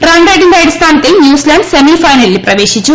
run റേറ്റിന്റെ അടിസ്ഥാനത്തിൽ New Zealand സെമിഫൈനലിൽ പ്രവേശിച്ചു